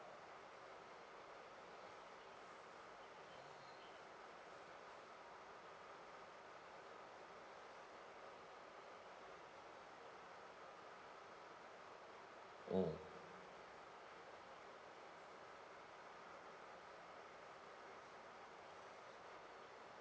mm